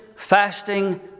Fasting